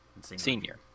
Senior